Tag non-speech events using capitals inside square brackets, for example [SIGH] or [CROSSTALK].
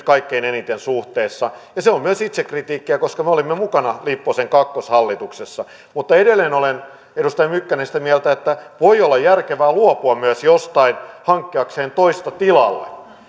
[UNINTELLIGIBLE] kaikkein eniten ja se on myös itsekritiikkiä koska me olimme mukana lipposen kakkoshallituksessa mutta edelleen olen edustaja mykkänen sitä mieltä että voi olla järkevää myös luopua jostain hankkiakseen toista tilalle